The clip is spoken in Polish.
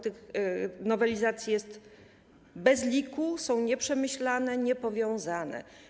Tych nowelizacji jest bez liku, są nieprzemyślane, niepowiązane.